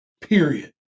period